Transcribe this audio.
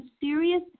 serious